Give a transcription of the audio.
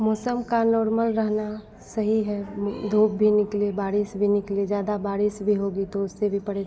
मौसम का नार्मल रहना सही है धूप भी निकले बारिश भी निकले ज़्यादा बारिश भी होगी तो उससे भी परेशानी